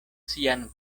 sian